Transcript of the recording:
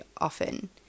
often